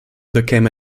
became